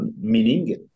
meaning